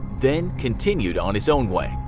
then continued on his own way.